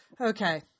Okay